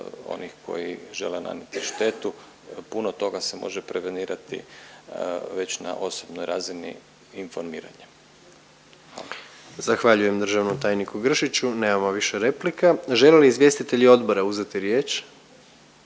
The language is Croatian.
onih koji žele nanijeti štetu. Puno toga se može prevenirati već na osobnoj razini informiranja. **Jandroković, Gordan (HDZ)** Zahvaljujem državnom tajniku Gršiću, nemamo više replika. Žele li izvjestitelji odbora uzeti riječ?